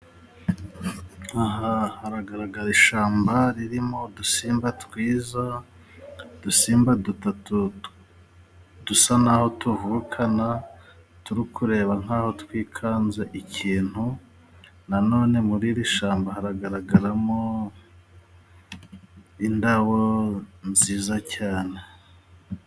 Aha haragaragara ishamba ririmo udusimba twiza, udusimba dutatu dusa n'aho tuvukana turi kureba nkaho twikanze ikintu, nanone muri iri shamba haragaragaramo indabo nziza cyane.